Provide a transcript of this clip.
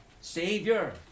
savior